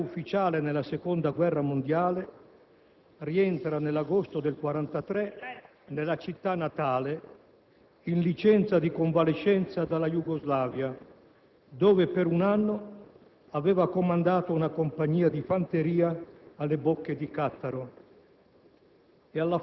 Militare ed ufficiale nella Seconda guerra mondiale rientra, nell'agosto del 1943, nella città natale, in licenza di convalescenza dalla Jugoslavia (dove per un anno aveva comandato una compagnia di fanteria alle Bocche di Cattaro)